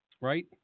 Right